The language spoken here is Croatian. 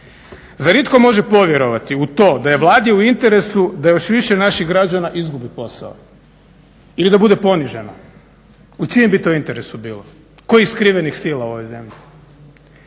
Zar itko može povjerovati u to da je Vladi u interesu da još više naših građana izgubi posao ili da bude ponižena? U čijem bi to interesu bilo? Kojih skrivenih sila u ovoj zemlji?